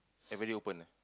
everyday open eh